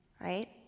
right